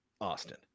Austin